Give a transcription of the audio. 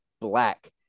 black